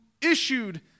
issued